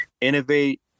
innovate